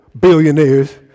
billionaires